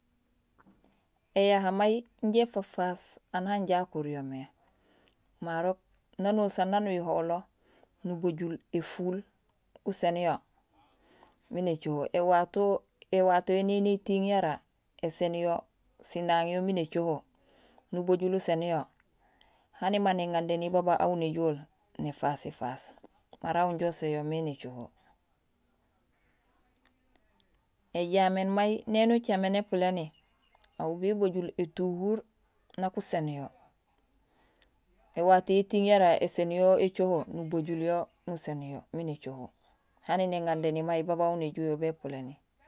Ēyaha may inja éfafaas aan anja akuryo mé, marok nanusaan naan uyuhowulo nubajul éfuul uséén yo miin écoho, éwatoyo néni étiiŋ yara éséén yo sinaaŋ yo miin écoho, nubajul uséén yo, hanima néŋandéni baba aw néjool, néfasifaas, mara aw inja uséén yo mé nécoho. Ējaméén may néni ucaméén épuléni, aw bébajul étuhur nak uséén yo, éwatoyo étiiŋ yara éséén yo écoho, nubajul yo uséén yo miin écoho, hani néŋandéni may baba aw néjool yo bépuléni